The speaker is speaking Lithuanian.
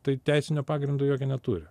tai teisinio pagrindo jokio neturi